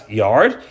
yard